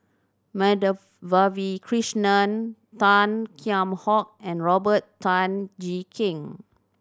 Madhavi Krishnan Tan Kheam Hock and Robert Tan Jee Keng